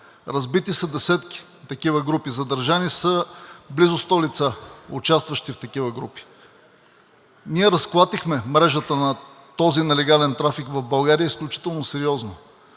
разбити са десетки такива групи, задържани са близо 100 лица, участващи в такива групи. Ние разклатихме мрежата на този нелегален трафик в България изключително сериозно.